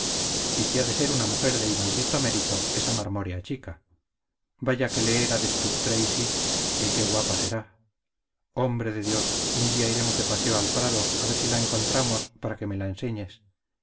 y que ha de ser una mujer de inaudito mérito esa marmórea chica vaya que leer a destut tracy y qué guapa será hombre de dios un día iremos de paseo al prado a ver si la encontramos para que me la enseñes